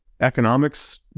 economics